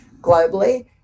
globally